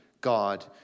God